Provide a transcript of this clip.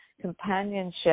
companionship